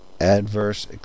adverse